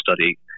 study